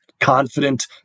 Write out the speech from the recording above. confident